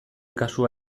kasua